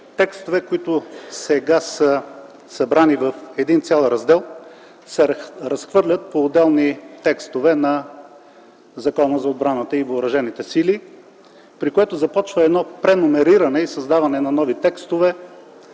текстове, които сега са събрани в един цял раздел, се разхвърлят по отделни текстове на Закона за отбраната и въоръжените сили, при което започва едно преномериране и създаване на нови текстове